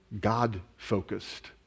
God-focused